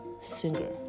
singer